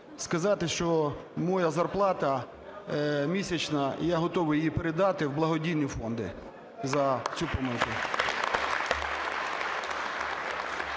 сказати, що моя зарплата місячна і я готовий її передати в благодійні фонди за цю помилку.